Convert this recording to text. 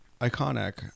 Iconic